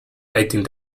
eighteen